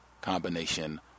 combination